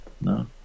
No